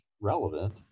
relevant